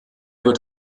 wird